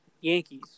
Yankees